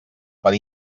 per